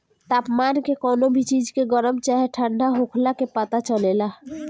तापमान के कवनो भी चीज के गरम चाहे ठण्डा होखला के पता चलेला